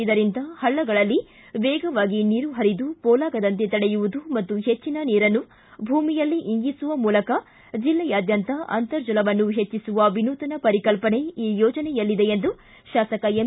ಇದರಿಂದ ಹಳ್ಳಗಳಲ್ಲಿ ವೇಗವಾಗಿ ನೀರು ಪರಿದು ಪೋಲಾಗದಂತೆ ತಡೆಯುವುದು ಮತ್ತು ಹೆಚ್ಚಿನ ನೀರನ್ನು ಭೂಮಿಯಲ್ಲಿ ಇಂಗಿಸುವ ಮೂಲಕ ಜಿಲ್ಲೆಯಾದ್ಯಂತ ಅಂತರ್ಜಲವನ್ನು ಹೆಚ್ಚಿಸುವ ವಿನೂತನ ಪರಿಕಲ್ಪನೆ ಈ ಯೋಜನೆಯಲ್ಲಿದೆ ಎಂದು ಶಾಸಕ ಎಂ